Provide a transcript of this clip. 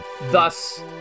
Thus